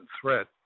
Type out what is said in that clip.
threat